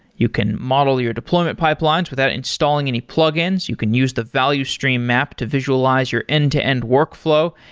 you can model your deployment pipelines without installing any plugins. you can use the value stream map to visualize your end-to-end workflow.